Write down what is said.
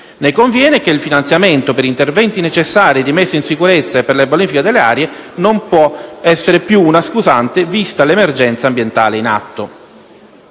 Ne conviene che il finanziamento per interventi necessari di messa in sicurezza e per la bonifica delle aree non può essere più una scusante vista l'emergenza ambientale in atto.